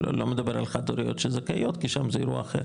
אני לא מדבר על חד הוריות שזכאיות כי שם זה אירוע אחר.